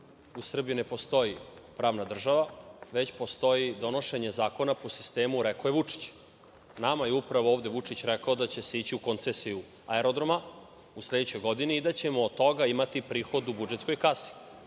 U Srbiji ne postoji pravna država, već postoji donošenje zakona po sistemu „rekao je Vučić“.Nama je upravo ovde Vučić rekao da će se ići u koncesiju aerodroma u sledećoj godini i da ćemo od toga imati prihod u budžetskoj kasi.